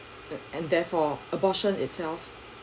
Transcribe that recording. that and therefore abortion itself